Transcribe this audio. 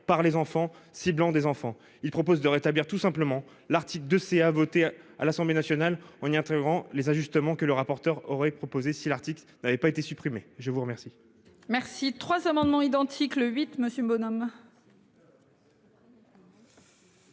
par les enfants, ciblant des enfants. Il tend à rétablir, tout simplement, l'article 2 CA voté à l'Assemblée nationale, en y ajoutant les ajustements que la rapporteure aurait proposés si l'article n'avait pas été supprimé. Les trois